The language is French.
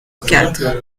quatre